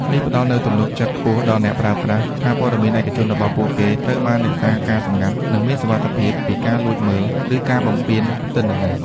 នេះផ្ដល់នូវទំនុកចិត្តខ្ពស់ដល់អ្នកប្រើប្រាស់ថាព័ត៌មានឯកជនរបស់ពួកគេត្រូវបានរក្សាការសម្ងាត់ និងមានសុវត្ថិភាពពីការលួចមើល ឬការបំពានទិន្នន័យ។